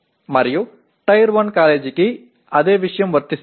మరియు టైర్ 1 కాలేజీకి అదే విషయం వరిస్తుంది